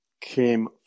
came